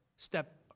Step